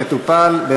התשע"ד 2014,